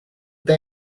they